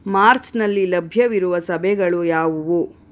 ಮಾರ್ಚ್ನಲ್ಲಿ ಲಭ್ಯವಿರುವ ಸಭೆಗಳು ಯಾವುವು